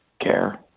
care